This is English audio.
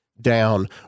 down